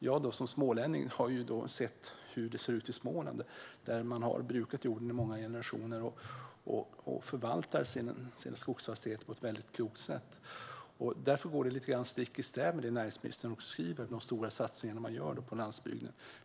Jag som smålänning vet hur det har sett ut i Småland där man har brukat jorden i många generationer och förvaltar sin skogsfastighet på ett klokt sätt. Därför går det här lite stick i stäv med det näringsministern säger om de stora satsningar man gör på landsbygden.